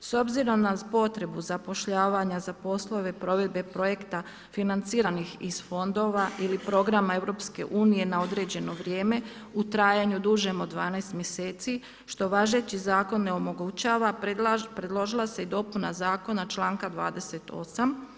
S obzirom na potrebu zapošljavanja za poslove provedbe projekta financiranih iz fondova ili programa EU na određeno vrijeme u trajanju dužem od 12 mjeseci što važeći zakon ne omogućava predložila se i dopuna zakona članka 28.